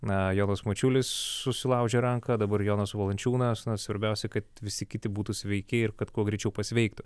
na jonas mačiulis susilaužė ranką dabar jonas valančiūnas svarbiausia kad visi kiti būtų sveiki ir kad kuo greičiau pasveiktų